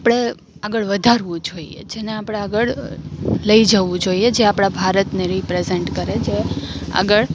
આપણે આગળ વધારવું જ જોઈએ જેને આપણે આગળ લઈ જવું જોઈએ જે આપણા ભારતને રિપ્રેજેંટ કરે જે આગળ